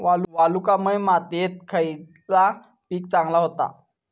वालुकामय मातयेत खयला पीक चांगला होता?